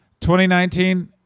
2019